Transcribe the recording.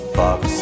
box